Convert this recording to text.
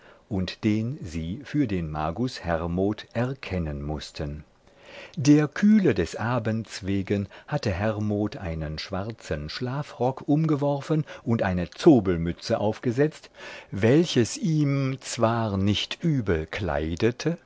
und den sie für den magus hermod erkennen mußten der kühle des abends wegen hatte hermod einen schwarzen schlafrock umgeworfen und eine zobelmütze aufgesetzt welches ihn zwar nicht übel kleidete